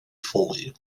foley